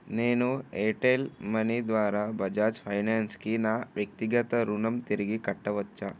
నేను Airtel money ద్వారా బజాజ్ ఫైనాన్స్కి నా వ్యక్తిగత రుణం తిరిగి కట్టవచ్చా